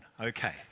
Okay